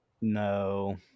No